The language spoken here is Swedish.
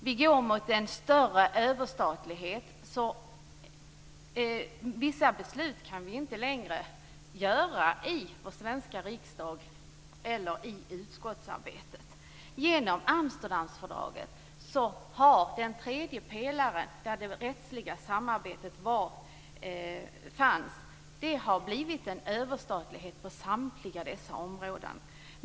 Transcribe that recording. Vi går mot en större överstatlighet, som gör att vi inte längre kan fatta vissa beslut i vår svenska riksdag eller i utskottsarbetet. Genom Amsterdamfördraget har det blivit överstatlighet på samtliga områden inom den tredje pelaren, inom vilken det rättsliga samarbetet fanns.